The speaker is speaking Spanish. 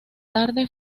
tarde